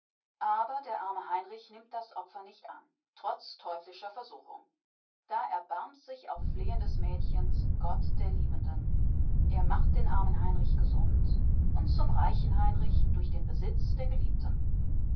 aber der arme heinrich nimmt das opfer nicht an trotz teuflischer versuchung da erbarmt sich auf flehen des mädchens gott der liebenden er macht den armen heinrich gesund und zum reichen heinrich durch den besitz der geliebten